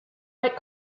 quite